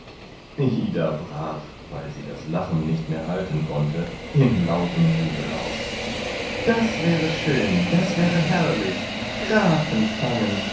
ida brach weil sie das lachen nicht mehr halten konnte in lauten jubel aus das wäre schön das wäre herrlich grafen fangen